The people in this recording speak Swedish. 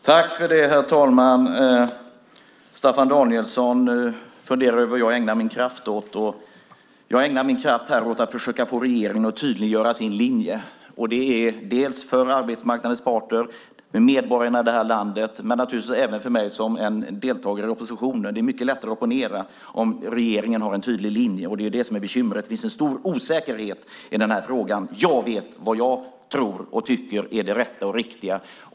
Herr talman! Staffan Danielsson funderar över vad jag ägnar min kraft åt. Jag ägnar min kraft åt att försöka få regeringen att tydliggöra sin linje. Jag gör det dels för arbetsmarknadens parter och medborgarna i det här landet, dels för mig själv som en deltagare i oppositionen. Det är mycket lättare att opponera om regeringen har en tydlig linje. Det är det som är bekymret. Det finns en stor osäkerhet i den här frågan. Jag vet vad jag tror och tycker är det rätta och riktiga.